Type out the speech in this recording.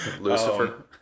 Lucifer